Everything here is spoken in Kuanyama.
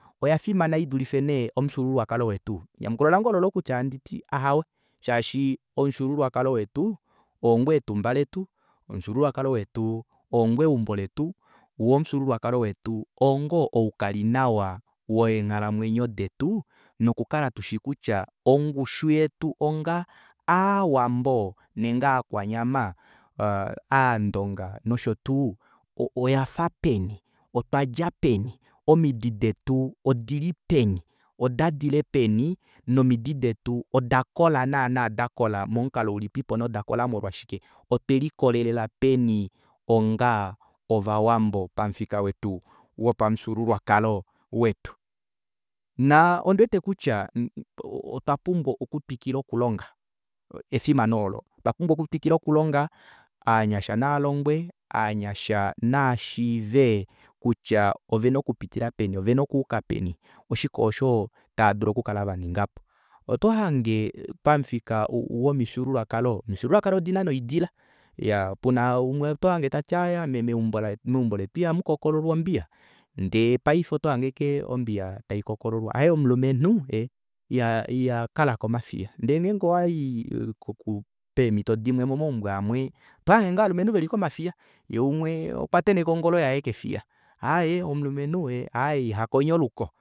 Oyafimana idulife nee omufyuululwakalo wetu enyamukulo lange ololo kutya handiti ahawe shaashi omufyuululwakalo wetu oo ngoo etumba letu omufyuululwakalo wetu oo ngoo eumbo letu woo omufyuululwakalo wetu oongo oukali nawa weenghalamwenyo detu nokukala tushi kutya ongushu yetu onga aawambo nenge aakwanyama aandonga noshotuu oo oyafa peni otwadja peni omidi detu odilipeni odadile peni nomidi detu odakola naana dakola momukalo ulipipo noda kola molwashike otwe likolelela peni onga ovawambo pamufika wetu wopamufyuululwakalo wetu naa ondiwete kutya otwa pumbwa okutwikila okulonga efimano oolo otwa pumbwa okutwikila okulonga ovanyasha naalongwe ovanyasha navashiive kutya ovena okupitila peni ovena okuuka peni oshike oosho taadulu okukala vaningapo oto hange pamufika womufyuululwakalo omifyuululwakalo odina noidila pena umwe oto hange tati aaye ame meumbo letu ihamukokololwa ombiya ndee paife otohange ashike ombiya taikokololwa aaye omulumenhu ee iha ihakala komafiya ndee ngenge owayi peemito dimwe momaumbo amwe oto hange ngoo ovalumenhu veli komafiya yee umwe okwateneka ongolo yaye kefiya aaye omulumenhu ee aaye ihakonya oluko